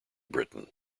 britain